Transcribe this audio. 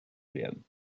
werden